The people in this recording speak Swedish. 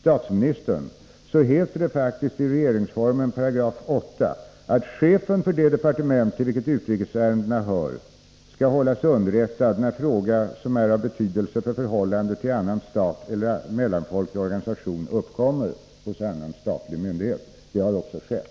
statsministern — att det faktiskt i 10 kap. 8 § regeringsformen heter: ”Chefen för det departement till vilket utrikesärendena hör skall hållas underrättad, när fråga som är av betydelse för förhållandet till annan stat eller till mellanfolklig organisation uppkommer hos annan statlig myndighet.” Så har också skett.